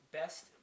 best